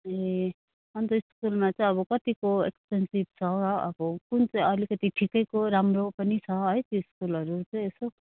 ए अन्त स्कुलमा चाहिँ अब कतिको एक्सपेन्सिभ छ अब कुन चाहिँ अलिकति ठिकैको राम्रो पनि छ है स्कुलहरू चाहिँ यसो